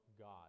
God